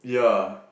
ya